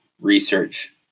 research